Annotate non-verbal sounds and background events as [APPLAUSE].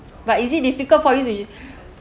but is it difficult for you to [BREATH]